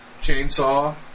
Chainsaw